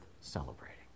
celebrating